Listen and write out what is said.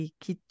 que